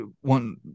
one